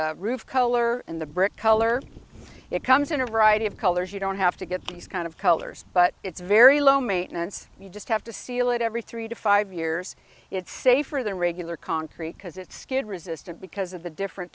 the roof color and the brick color it comes in a variety of colors you don't have to get these kind of colors but it's very low maintenance you just have to seal it every three to five years it's safer than regular concrete because it's skid resistant because of the different